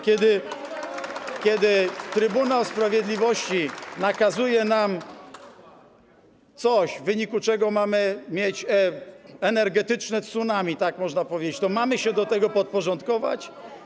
Kiedy Trybunał Sprawiedliwości nakazuje nam coś, w wyniku czego mamy mieć energetyczne tsunami, tak można powiedzieć, to mamy się temu podporządkować?